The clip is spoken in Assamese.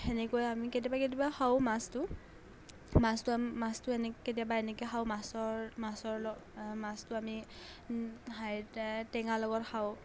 তেনেকৈ আমি কেতিয়াবা কেতিয়াবা খাওঁ মাছটো মাছটো মাছটো এনে কেতিয়াবা এনেকৈ খাওঁ মাছৰ মাছৰ মাছটো আমি হাই টেঙা লগত খাওঁ